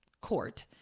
court